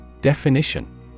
Definition